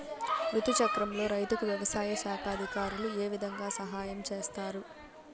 రుతు చక్రంలో రైతుకు వ్యవసాయ శాఖ అధికారులు ఏ విధంగా సహాయం చేస్తారు?